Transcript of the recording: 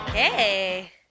Hey